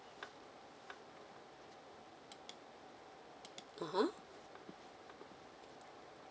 (uh huh)